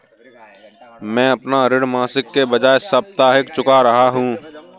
मैं अपना ऋण मासिक के बजाय साप्ताहिक चुका रहा हूँ